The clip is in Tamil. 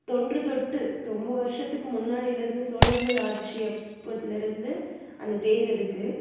தொன்றுத்தொட்டு ரொம்ப வருஷத்துக்கு முன்னாடியில இருந்து சோழர்கள் ஆட்சி அப்போத்துலருந்து அந்த தேர் இருக்கு